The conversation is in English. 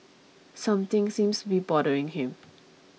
something seems be bothering him